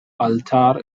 altar